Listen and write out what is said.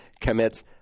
commits